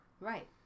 Right